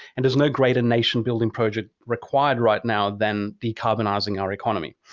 and there's no greater nation building project required right now than decarbonizing our economy.